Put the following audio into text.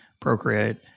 procreate